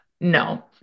no